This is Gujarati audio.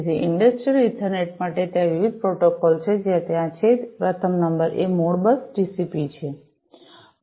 તેથી ઇંડસ્ટ્રિયલ ઇથરનેટ માટે ત્યાં વિવિધ પ્રોટોકોલ છે જે ત્યાં છે પ્રથમ નંબર એ મોડબસ ટીસીપી છે